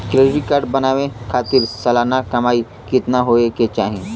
Credit card बनवावे खातिर सालाना कमाई कितना होए के चाही?